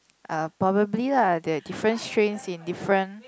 uh probably lah there are different strains in different